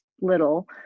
little